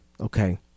Okay